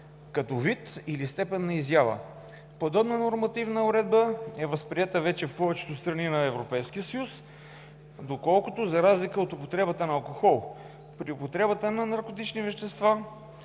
като вид или степен на изява. Подобна нормативна уредба е възприета вече в повечето страни от Европейския съюз, доколкото, за разлика от употребата на алкохол, при употребата на наркотични вещества